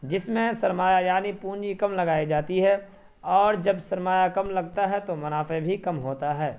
جس میں سرمایہ یعنی پونجی کم لگائی جاتی ہے اور جب سرمایہ کم لگتا ہے تو منافع بھی کم ہوتا ہے